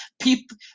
people